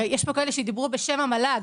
יש פה כאלה שדיברו בשם המל"ג,